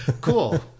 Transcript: cool